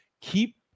keep